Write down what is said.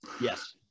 Yes